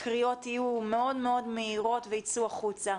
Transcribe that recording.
הקריאות יהיו מאוד מאוד מהירות וייצאו החוצה.